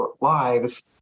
lives